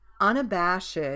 unabashed